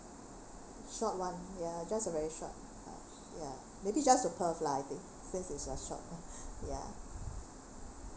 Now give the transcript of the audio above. short [one] ya just a very short uh ya maybe just to perth lah I think since it's a short ya